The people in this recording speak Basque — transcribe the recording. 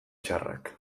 txarrak